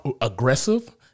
Aggressive